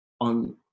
on